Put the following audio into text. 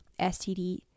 STD